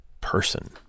person